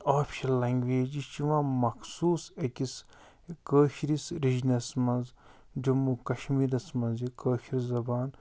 official language یہِ چھ یِوان مخصوٗص أکِس کٲشرِس رِجنَس مَنٛز جموں کشمیٖرَس مَنٛز یہِ کٲشِر زبان